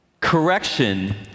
correction